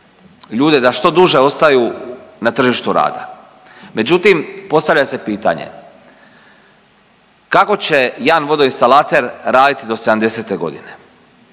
ljude da što duže ostaju na tržištu rada. Međutim postavlja se pitanje kako će jedan vodoinstalater raditi do 70 godina